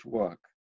work